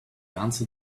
answer